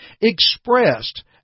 expressed